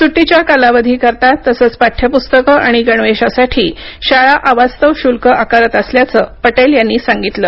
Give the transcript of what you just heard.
सुटीच्या कालावधीकरिता तसंच पाठ्यपुस्तकं आणि गणवेशासाठी शाळा अवास्तव शुल्क आकारत असल्याचं पटेल यांनी सांगितल